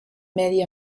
medi